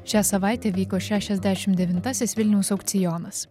šią savaitę vyko šešiasdešimt devintasis vilniaus aukcionas